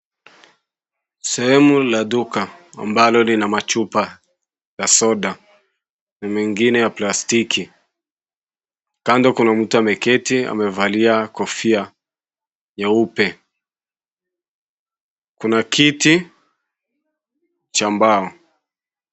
Sehemu la duka, ambalo lina machupa na soda na mengine ya plastiki. Kando kuna mtu ameketi , amevalia kofia nyeupe. Kuna kiti cha mbao.